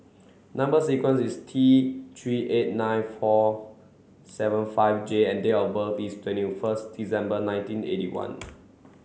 number sequence is T three eight nine four seven five J and date of birth is twenty first December nineteen eighty one